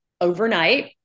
overnight